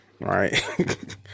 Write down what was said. Right